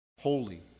holy